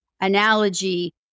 analogy